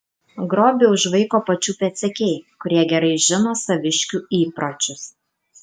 grobį užvaiko pačių pėdsekiai kurie gerai žino saviškių įpročius